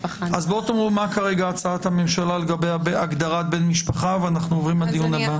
תאמרו מה הצעת הממשלה לגבי הגדרת בן משפחה ו אז נעבור לדיון הבא.